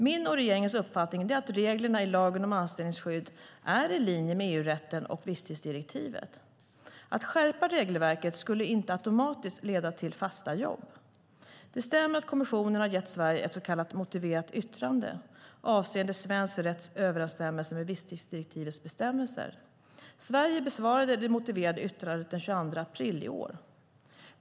Min och regeringens uppfattning är att reglerna i lagen om anställningsskydd är i linje med EU-rätten och visstidsdirektivet. Att skärpa regelverket skulle inte automatiskt leda till fasta jobb. Det stämmer att kommissionen har gett Sverige ett så kallat motiverat yttrande avseende svensk rätts överensstämmelse med visstidsdirektivets bestämmelser. Sverige besvarade det motiverade yttrandet den 22 april i år.